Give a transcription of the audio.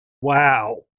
wow